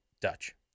Dutch